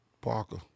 Parker